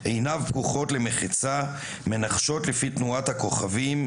/ עיניו פקוחות למחצה,/ מנחשות לפי תנועת הכוכבים,